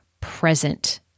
present